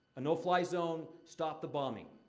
a no-fly zone, stop the bombing.